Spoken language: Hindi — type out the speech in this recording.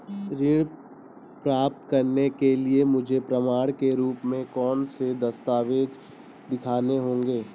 ऋण प्राप्त करने के लिए मुझे प्रमाण के रूप में कौन से दस्तावेज़ दिखाने होंगे?